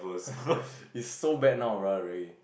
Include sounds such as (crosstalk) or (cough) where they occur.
(laughs) is so bad now really